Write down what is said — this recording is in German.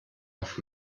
auf